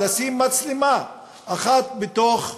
לשים מצלמה אחת בתוך המסגד?